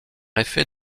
effet